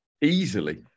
easily